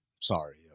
sorry